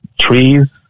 trees